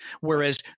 whereas